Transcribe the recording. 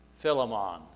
Philemon